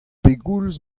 pegoulz